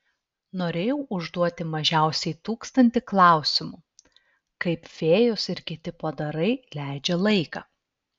norėjau užduoti mažiausiai tūkstantį klausimų kaip fėjos ir kiti padarai leidžia laiką